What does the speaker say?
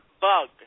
bug